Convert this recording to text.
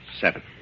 seven